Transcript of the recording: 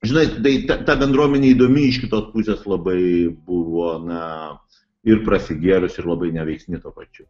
žinai tai ta ta bendruomenė įdomi iš kitos pusės labai buvo na ir prasigėrusi ir labai neveiksni tuo pačiu